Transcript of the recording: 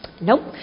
Nope